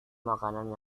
makanan